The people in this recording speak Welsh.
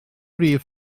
rif